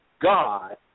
God